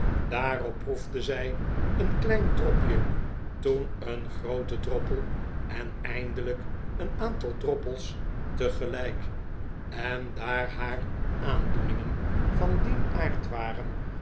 daarop proefde zij een klein dropje toen een grooten droppel en eindelijk een aantal droppels tegelijk en daar de pickwick club haar aandoeningen van dien aard waren